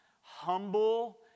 humble